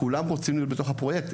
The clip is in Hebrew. כולם רוצים להיות בתוך הפרויקט.